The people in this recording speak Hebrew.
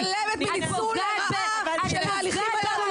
את מתעלמת מניצול לרעה של ההליכים האלה.